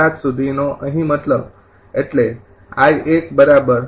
૭ નો અહી મતલબ ઍટલે